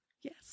yes